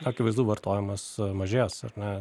akivaizdu vartojimas mažės ar ne